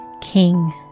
King